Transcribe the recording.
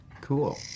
Cool